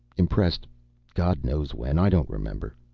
impressed god knows when. i don't remember.